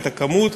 את הכמות,